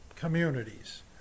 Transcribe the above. communities